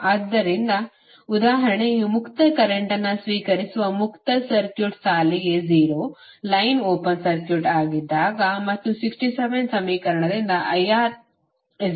ಆದ್ದರಿಂದ ಉದಾಹರಣೆಗೆ ಮುಕ್ತ ಕರೆಂಟ್ನ್ನು ಸ್ವೀಕರಿಸುವ ಮುಕ್ತ ಸರ್ಕ್ಯೂಟ್ ಸಾಲಿಗೆ 0 ಲೈನ್ ಓಪನ್ ಸರ್ಕ್ಯೂಟ್ ಆಗಿದ್ದಾಗ ಮತ್ತು 67 ಸಮೀಕರಣದಿಂದ IR 0 ಆಗಿದೆ ಸರಿನಾ